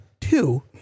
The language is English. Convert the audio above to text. two